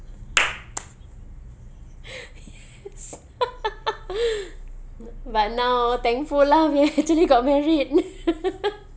yes but now thankful lah we actually got married